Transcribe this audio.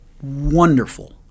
wonderful